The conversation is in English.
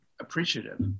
appreciative